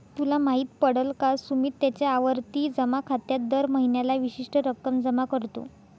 तुला माहित पडल का? सुमित त्याच्या आवर्ती जमा खात्यात दर महीन्याला विशिष्ट रक्कम जमा करतो